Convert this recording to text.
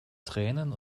tränen